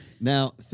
Now